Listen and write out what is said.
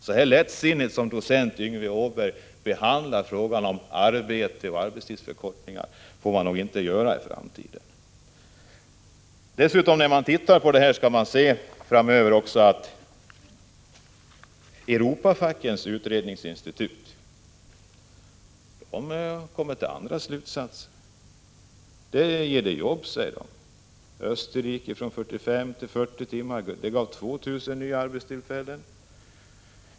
Så lättsinnigt som docent Yngve Åberg behandlar frågan om arbete och arbetstidsförkortningar får man nog inte behandla en sådan här fråga i framtiden. När man tittar på dessa frågor, kommer man dessutom att finna att Europafackens utredningsinstitut har kommit fram till andra slutsatser. En arbetstidsförkortning ger jobb, säger man. En arbetstidsförkortning i Österrike från 45 till 40 timmar gav 2 000 nya arbetstillfällen.